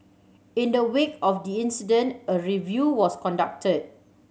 in the wake of the incident a review was conducted